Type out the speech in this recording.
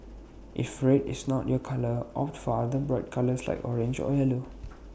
if red is not your colour opt for other bright colours like orange or yellow